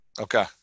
Okay